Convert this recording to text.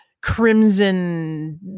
crimson